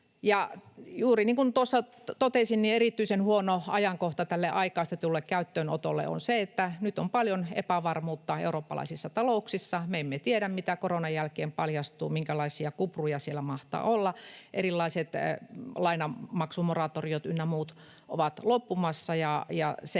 Ja juuri niin kuin tuossa totesin, erityisen huono ajankohta tälle aikaistetulle käyttöönotolle on se, että nyt on paljon epävarmuutta eurooppalaisissa talouksissa. Me emme tiedä, mitä koronan jälkeen paljastuu, minkälaisia kupruja siellä mahtaa olla. Erilaiset lainanmaksumoratoriot ynnä muut ovat loppumassa,